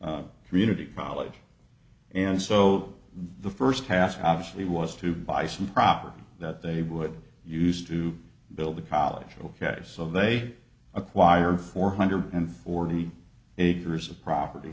few community college and so the first task obviously was to buy some proper that they would use to build a college ok so they acquired four hundred and forty acres of property